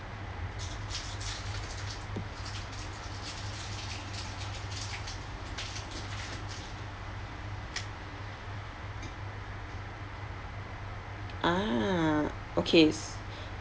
ah okay